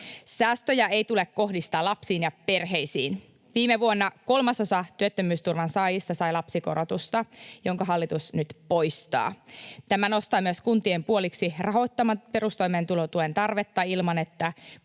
Säästöjä ei tule kohdistaa lapsiin ja perheisiin. Viime vuonna kolmasosa työttömyysturvan saajista sai lapsikorotusta, jonka hallitus nyt poistaa. Tämä nostaa myös kuntien puoliksi rahoittamaa perustoimeentulotuen tarvetta ilman, että